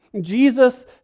Jesus